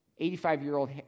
85-year-old